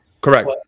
Correct